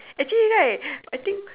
actually right I think